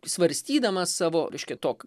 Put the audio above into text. svarstydamas savo reiškia tok